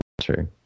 True